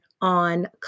on